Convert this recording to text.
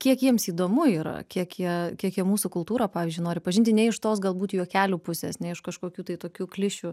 kiek jiems įdomu yra kiek jie kiek jie mūsų kultūrą pavyzdžiui nori pažinti ne iš tos galbūt juokelių pusės ne iš kažkokių tai tokių klišių